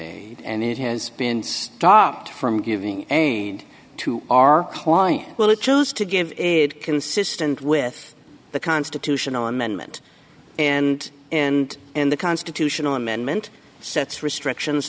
aid and it has been stopped from giving a nod to our client well it chose to give it consistent with the constitutional amendment and and and the constitutional amendment sets restrictions